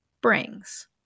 brings